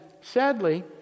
sadly